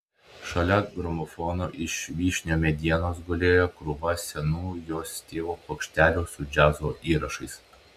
šalia gramofono iš vyšnių medienos gulėjo krūva senų jos tėvo plokštelių su džiazo įrašais